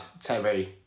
Terry